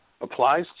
applies